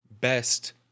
best